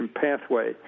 pathway